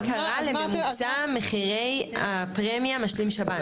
מה קרה לממוצע מחירי הפרמיה משלים שב"ן.